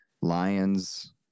lions